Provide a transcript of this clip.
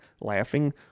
Laughing